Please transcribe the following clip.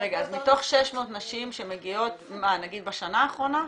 אז מתוך 600 נשים שמגיעות נגיד בשנה האחרונה,